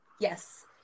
Yes